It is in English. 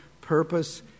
purpose